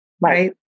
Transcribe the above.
right